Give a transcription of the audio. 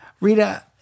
Rita